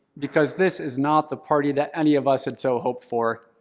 because this is not the party that any of us had so hoped for.